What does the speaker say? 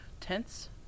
tense